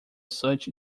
such